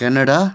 Canada